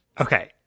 Okay